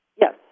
Yes